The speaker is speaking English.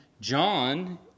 John